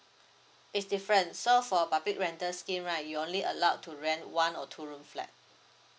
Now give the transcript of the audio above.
it's different so for public rental scheme right you only allowed to rent one or two room flat